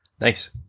Nice